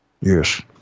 Yes